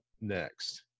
next